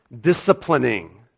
disciplining